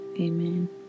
Amen